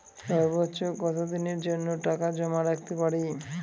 সর্বোচ্চ কত দিনের জন্য টাকা জমা রাখতে পারি?